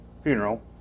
funeral